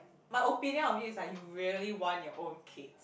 my opinion of you is like you really want your own kids